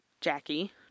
Jackie